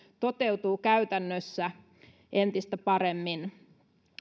toteutuu käytännössä entistä paremmin